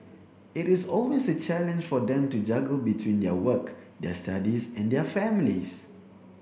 it is always a challenge for them to juggle between their work their studies and their families